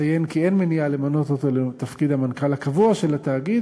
אציין כי אין מניעה למנות אותו לתפקיד המנכ"ל הקבוע של התאגיד,